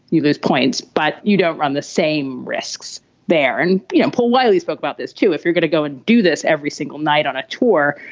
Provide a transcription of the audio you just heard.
you lose points, but you don't run the same risks there. and you know, paul wylie's spoke about this, too. if you're going to go and do this every single night on a tour.